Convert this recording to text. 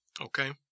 Okay